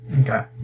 Okay